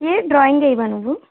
ఏమి డ్రాయింగ్ వేయవా నువ్వు